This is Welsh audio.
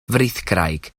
frithgraig